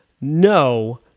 no